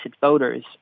voters